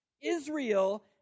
israel